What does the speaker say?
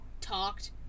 talked